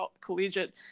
Collegiate